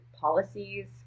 policies